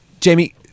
Jamie